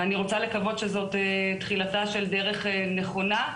אני רוצה לקוות שזאת תחילתה של דרך נכונה,